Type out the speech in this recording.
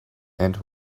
and